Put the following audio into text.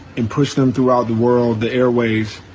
and push them throughout the world, the airways,